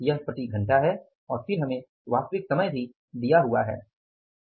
यह प्रति घंटा है और फिर हमें वास्तविक समय दिया हुआ है